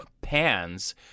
pans